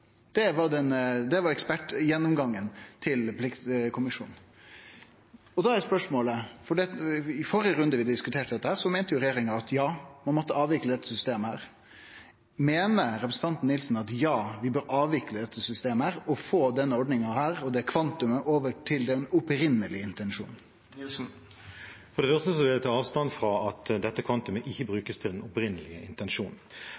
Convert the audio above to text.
Det var ekspertgjennomgangen frå pliktkommisjonen. Da er spørsmålet – for i førre runde vi diskuterte dette, meinte regjeringa at ein måtte avvikle dette systemet: Meiner representanten Nilsen at vi bør avvikle dette systemet og få denne ordninga og dette kvantumet over til den opphavlege intensjonen? For det første vil jeg ta avstand fra at dette kvantumet ikke